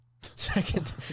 Second